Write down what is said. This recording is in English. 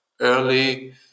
early